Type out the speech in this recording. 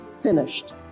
finished